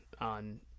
on